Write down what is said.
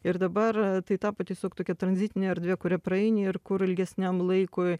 ir dabar tai tapo tiesiog tokia tranzitine erdve kuria praeini ir kur ilgesniam laikui